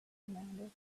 demanded